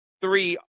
three